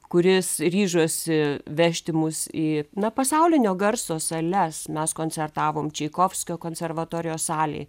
kuris ryžosi vežti mus į na pasaulinio garso sales mes koncertavom čaikovskio konservatorijos salėj